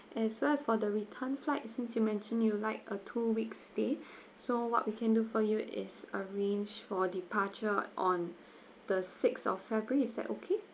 as well as for the return flight since you mentioned you like a two weeks stay so what we can do for you is arrange for departure on the sixth of february is that okay